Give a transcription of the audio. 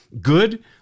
good